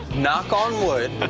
knock on wood,